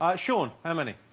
ah sean. how many?